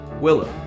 Willow